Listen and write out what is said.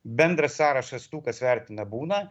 bendras sąrašas tų kas vertina būna